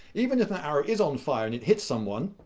even if an arrow is on fire and it hits someone,